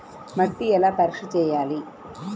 మట్టిని ఎలా పరీక్ష చేయాలి?